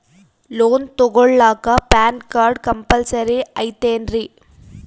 Loan ತೊಗೊಳ್ಳಾಕ PAN card compulsory ಐಯ್ತೇನ್ರಿ?